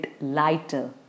lighter